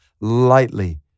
lightly